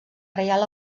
reial